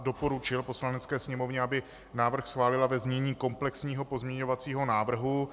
Doporučil Poslanecké sněmovně, aby návrh schválila ve znění komplexního pozměňovacího návrhu.